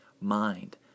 Mind